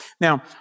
Now